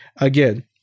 again